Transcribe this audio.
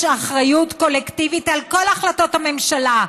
אחריות קולקטיבית לכל החלטות הממשלה,